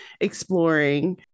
exploring